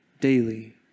daily